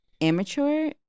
amateur